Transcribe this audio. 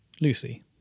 Lucy